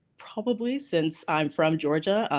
probably since i'm from georgia.